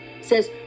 says